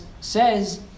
says